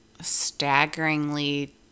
staggeringly